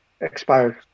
expires